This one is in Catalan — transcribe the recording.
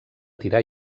tirar